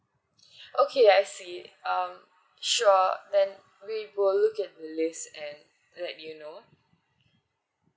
okay I see um sure then we will look at the list and let you know